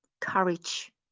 courage